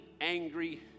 angry